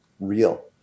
Real